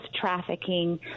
trafficking